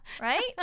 right